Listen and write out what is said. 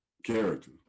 character